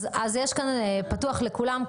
אז יש כאן פתוח לכולם.